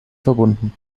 verbunden